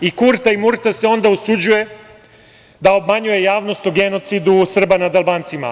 I Kurta i Murta se onda usuđuje da obmanjuje javnost o genocidu Srba nad Albancima.